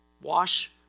wash